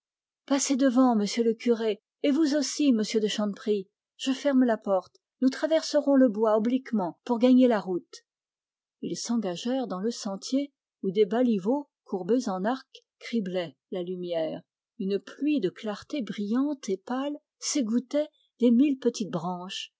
passez devant monsieur le curé et vous aussi monsieur de chanteprie je ferme la porte nous traverserons le bois obliquement pour gagner la route ils s'engagèrent dans le sentier où des baliveaux courbés en arc criblaient la lumière une pluie de clarté brillante s'égouttait des mille petites branches